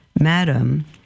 Madam